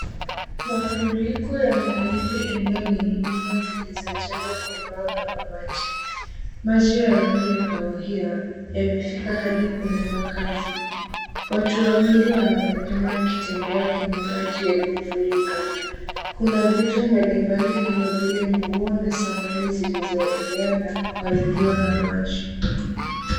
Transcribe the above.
Mafuriko yameadhiri eneo lenye nyumba zilizojengwa kwa mbao na mabati. Maji ya rangi ya kahawia yamefika adi kwenye makazi. Watu wawili wanaonekana wakitembea kwenye maji yaliyofurika. Kuna vitu mbalimbali kama vile nguo na samani zilizoelea na kuharibiwa na maji.